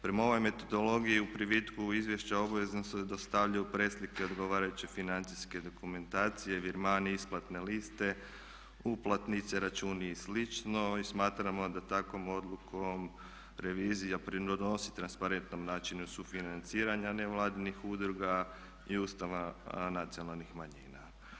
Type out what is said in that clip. Prema ovoj metodologiji u privitku izvješća obavezno se dostavljaju preslike odgovarajuće financijske dokumentacije, virmani, isplatne liste, uplatnice, računi i slično i smatramo da takvom odlukom revizija pridonosi transparentnom načinu sufinanciranja nevladinih udruga i ustanova nacionalnih manjina.